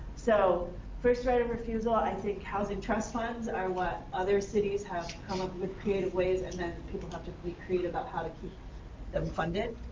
so first right of refusal, i think, housing trust funds are what other cities have come up with creative ways and then people have to to be creative how to keep them funded.